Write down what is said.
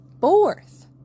fourth